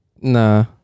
Nah